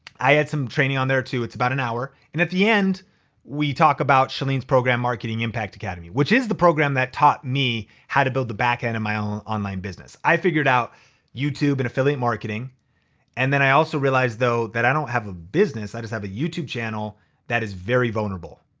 i had some training on there too. it's about an hour and at the end we talk about chalene's program marketing impact academy, which is the program that taught me how to build the back end of my own online business. i figured out youtube and affiliate marketing and then i also realized though that i don't have a business, i just have a youtube channel that is very vulnerable.